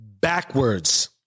backwards